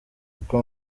uko